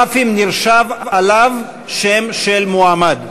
אף אם נרשם עליו שם של מועמד.